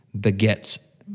begets